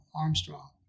Armstrong